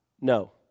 no